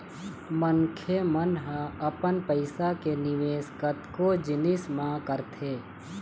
मनखे मन ह अपन पइसा के निवेश कतको जिनिस म करथे